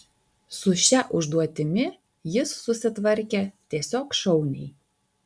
su šia užduotimi jis susitvarkė tiesiog šauniai